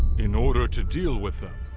in order to deal with them,